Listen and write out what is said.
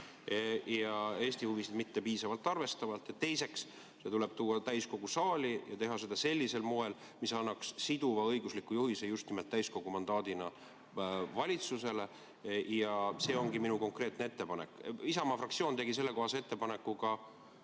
ja Eesti huvisid mitte piisavalt arvestavalt. Ja teiseks, see tuleb tuua täiskogu saali ja teha seda sellisel moel, mis annaks siduva õigusliku juhise just nimelt täiskogu mandaadina valitsusele. See ongi minu konkreetne ettepanek. Isamaa fraktsioon tegi sellekohase ettepaneku ka